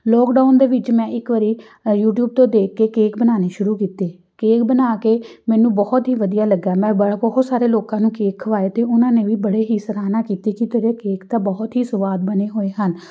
lockdown ਦੇ ਵਿੱਚ ਮੈਂ ਇੱਕ ਵਾਰੀ ਯੂਟੀਊਬ ਤੋਂ ਦੇਖ ਕੇ ਕੇਕ ਬਣਾਉਣੇ ਸ਼ੁਰੂ ਕੀਤੇ ਕੇਕ ਬਣਾ ਕੇ ਮੈਨੂੰ ਬਹੁਤ ਹੀ ਵਧੀਆ ਲੱਗਾ ਮੈਂ ਬੜਾ ਬਹੁ ਸਾਰੇ ਲੋਕਾਂ ਨੂੰ ਕੇਕ ਖਵਾਇਆ ਅਤੇ ਉਹਨਾਂ ਨੇ ਵੀ ਬੜੇ ਹੀ ਸਰਾਹੁਣਾ ਕੀਤੀ ਕਿ ਤੇਰੇ ਕੇਕ ਤਾਂ ਬਹੁਤ ਹੀ ਸਵਾਦ ਬਣੇ ਹੋਏ ਹਨ